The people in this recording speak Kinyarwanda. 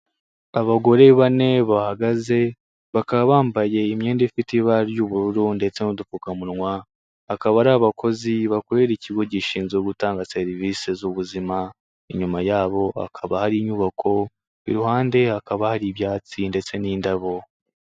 Abagore bane bahagaze bakaba bambaye imyenda ifite ibara ry'ubururu ndetse n'udupfukamunwa, akaba ari abakozi bakorera ikigo gishinzwe gutanga serivisi z'ubuzima, inyuma yabo hakaba hari inyubako, iruhande hakaba hari ibyatsi ndetse n'indabo.